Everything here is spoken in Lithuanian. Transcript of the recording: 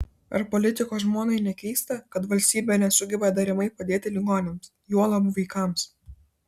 ar politiko žmonai nekeista kad valstybė nesugeba deramai padėti ligoniams juolab vaikams